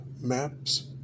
Maps